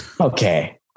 Okay